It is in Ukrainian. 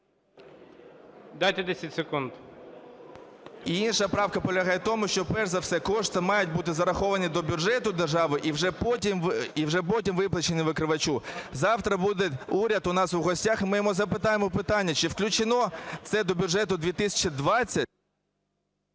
Дайте 10 секунд. КАБАЧЕНКО В.В. Інша правка полягає в тому, що перш за все кошти мають бути зараховані до бюджету держави і вже потім виплачені викривачу. Завтра буде уряд у нас у гостях, і ми його запитаємо питання, чи включено це до бюджету-2020.